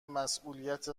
مسئولیت